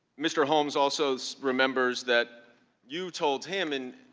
mr. holmes also remembers that you told him and